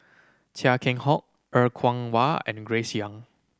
Chia Keng Hock Er Kwong Wah and Grace Young